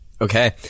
Okay